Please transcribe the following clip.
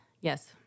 Yes